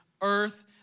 earth